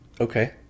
Okay